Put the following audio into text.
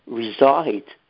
reside